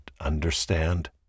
understand